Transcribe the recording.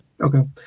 Okay